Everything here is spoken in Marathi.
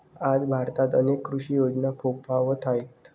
आज भारतात अनेक कृषी योजना फोफावत आहेत